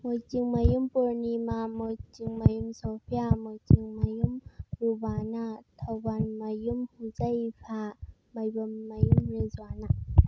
ꯃꯣꯏꯖꯤꯡꯃꯌꯨꯝ ꯄꯨꯔꯅꯤꯃꯥ ꯃꯣꯏꯖꯤꯡ ꯃꯌꯨꯝ ꯁꯣꯐꯤꯌꯥ ꯃꯣꯏꯖꯤꯡꯃꯌꯨꯝ ꯔꯨꯕꯥꯅꯥ ꯊꯧꯕꯥꯟꯃꯌꯨꯝ ꯍꯨꯖꯩꯐꯥ ꯃꯥꯏꯕꯝꯃꯌꯨꯝ ꯔꯤꯖ꯭ꯋꯥꯅꯥ